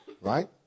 right